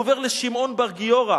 הוא עובר לשמעון בר גיורא: